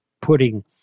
putting